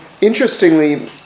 interestingly